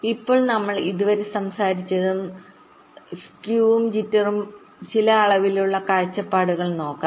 ഇപ്പോൾ നമ്മൾ ഇതുവരെ സംസാരിച്ചതെന്തും സ്കൂസ് ഉം ജിറ്റർ ഉം ചില അളവിലുള്ള കാഴ്ചപ്പാടുകൾ നോക്കാം